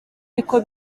niko